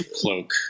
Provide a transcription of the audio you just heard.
cloak